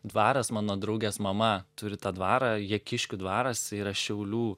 dvaras mano draugės mama turi tą dvarą jakiškių dvaras yra šiaulių